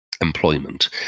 employment